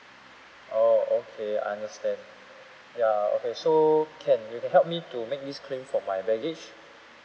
oh okay I understand ya okay so can you help me to make this claim for my baggage